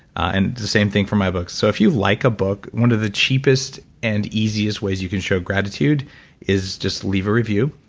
and the same thing for my book, so if you like a book, one of the cheapest and easiest ways you can show gratitude is just leave a review.